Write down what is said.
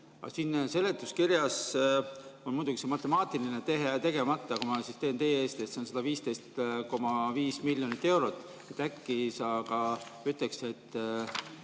Aga siin seletuskirjas on muidugi see matemaatiline tehe tegemata. Kui ma teen selle teie eest, siis see on 115,5 miljonit eurot. Äkki sa ka ütleksid, et